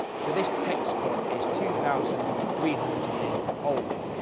so this textbook is two thousand three hundred years old.